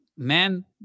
Man